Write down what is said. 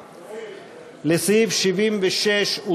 מסירות.